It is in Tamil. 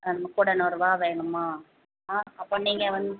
இன்னும் கூட நூறுபாய் வேணுமா ஆ அப்போ நீங்கள் வந்து